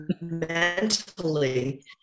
mentally